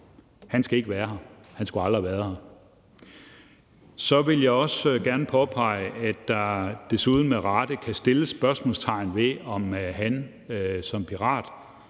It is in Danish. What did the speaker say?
Han skal ikke være her, og han skulle aldrig have været her. Så vil jeg også gerne påpege, at man desuden med rette kan sætte spørgsmålstegn ved, om han som pirat